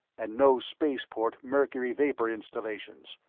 and no spaceport mercury-vapor installations.